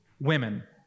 women